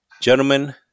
Gentlemen